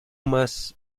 más